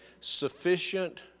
sufficient